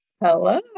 Hello